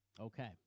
Okay